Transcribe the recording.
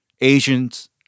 Asians